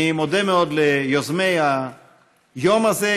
אני מודה מאוד ליוזמי היום הזה,